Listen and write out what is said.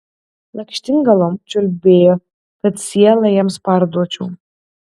lakštingalom čiulbėjo kad sielą jiems parduočiau